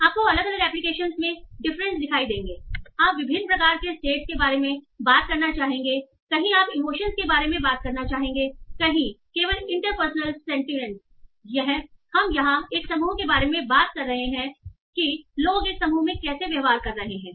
और आपको अलग अलग एप्लीकेशन में डिफरेंस दिखाई देंगे आप विभिन्न प्रकार के स्टेट के बारे में बात करना चाहेंगे कहीं आप इमोशंस के बारे में बात करना चाहेंगे कहीं केवल इंटरपर्सनल स्टैंसिस हम यहां एक समूह के बारे में बात कर रहे हैं कि लोग एक समूह में कैसे व्यवहार कर रहे हैं